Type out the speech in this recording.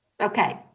Okay